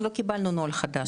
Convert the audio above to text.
אנחנו לא קיבלנו נוהל חדש,